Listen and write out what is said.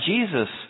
Jesus